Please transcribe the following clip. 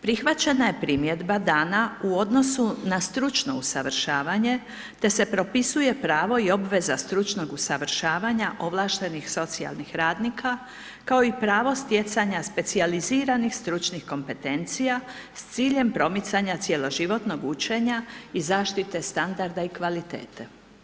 Prihvaćena je primjedba dana u odnosu na stručno usavršavanje, te se propisuje pravo i obveza stručnog usavršavanja ovlaštenih socijalnih radnika, kao i pravo stjecanje specijaliziranih stručnih kompetencija s ciljem promicanja cijeloživotnog učenja i zaštite standarda i kvalitete.